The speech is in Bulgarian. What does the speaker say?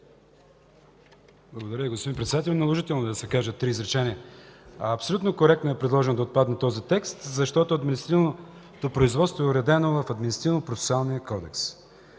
Благодаря Ви, господин Председател. Наложително е да се кажат три изречения. Абсолютно коректно е предложено да отпадне този текст, защото административното производство е уредено в Административнопроцесуалния кодекс.